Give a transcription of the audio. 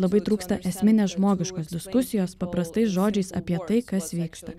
labai trūksta esminės žmogiškos diskusijos paprastais žodžiais apie tai kas vyksta